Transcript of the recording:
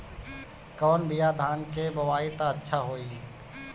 कौन बिया धान के बोआई त अच्छा होई?